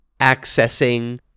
accessing